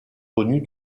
connues